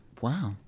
Wow